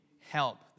help